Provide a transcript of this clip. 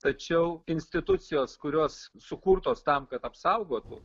tačiau institucijos kurios sukurtos tam kad apsaugotų